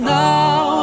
now